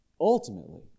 ultimately